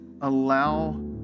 allow